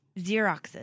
xeroxes